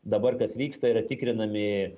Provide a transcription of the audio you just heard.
dabar kas vyksta yra tikrinami